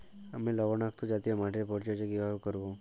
আমি লবণাক্ত জাতীয় মাটির পরিচর্যা কিভাবে করব?